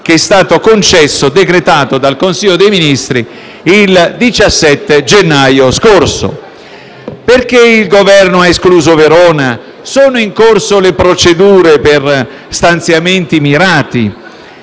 lo stato di emergenza, decretato dal Consiglio dei Ministri il 17 gennaio scorso. Perché il Governo ha escluso Verona? Sono in corso le procedure per stanziamenti mirati?